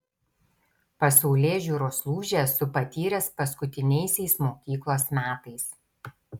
pasaulėžiūros lūžį esu patyręs paskutiniaisiais mokyklos metais